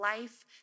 life